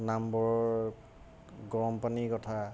নামবৰ গৰম পানীৰ কথা